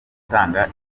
gutanga